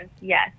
Yes